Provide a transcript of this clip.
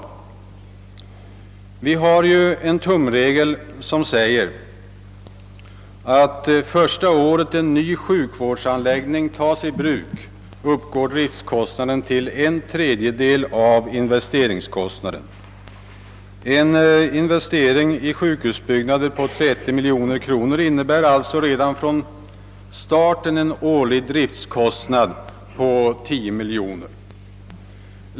Det finns en tumregel som säger att första året en sjukvårdsanläggning är i bruk uppgår driftkostnaden till en tredjedel av "investeringskostnaden. En investering i sjukhusbyggnader på 30 miljoner kronor innebär alltså redan från starten en årlig driftkostnad på 10 miljoner.